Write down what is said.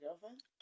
girlfriend